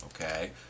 okay